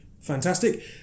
fantastic